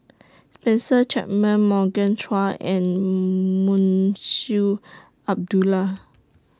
Spencer Chapman Morgan Chua and Munshi Abdullah